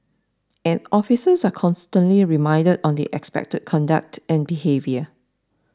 and officers are constantly reminded on the expected conduct and behaviour